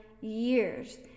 years